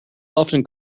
often